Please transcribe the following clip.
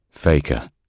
Faker